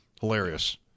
Hilarious